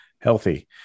healthy